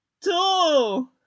Two